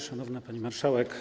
Szanowna Pani Marszałek!